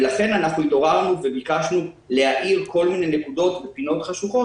לכן התעוררנו וביקשנו להאיר כל מיני נקודות ופינות חשוכות,